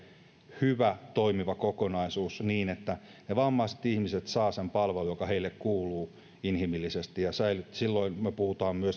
hyvä toimiva kokonaisuus niin että vammaiset ihmiset saavat sen palvelun joka heille kuuluu inhimillisesti ja silloin me puhumme